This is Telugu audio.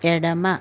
ఎడమ